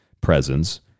presence